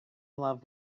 love